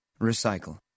Recycle